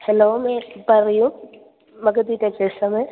hello miss പറയൂ മഗതി textiles ആണ്